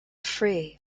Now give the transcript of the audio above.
free